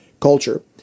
culture